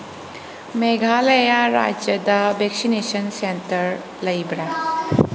ꯃꯦꯒꯥꯂꯌꯥ ꯔꯥꯏꯖ꯭ꯌꯥꯗ vaccination centre ꯂꯩꯕ꯭ꯔꯥ